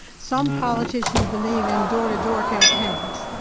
some politicians believe in door to door campaigns.